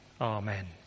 Amen